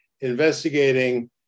Investigating